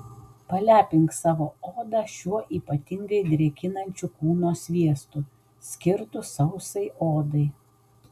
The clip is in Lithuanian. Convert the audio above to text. palepink savo odą šiuo ypatingai drėkinančiu kūno sviestu skirtu sausai odai